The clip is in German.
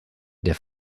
der